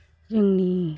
जोंनि